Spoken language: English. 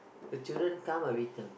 the children become whiter